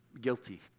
guilty